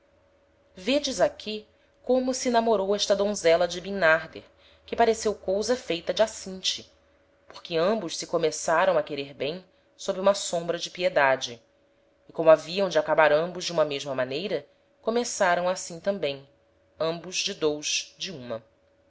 vêdes aqui como se namorou esta donzela de bimnarder que pareceu cousa feita de acinte porque ambos se começaram a querer bem sob uma sombra de piedade e como haviam de acabar ambos de uma mesma maneira começaram assim tambem ambos de dous de uma